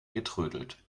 getrödelt